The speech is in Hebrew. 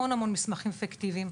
המון המון מסמכים פיקטיביים,